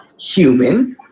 human